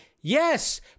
Yes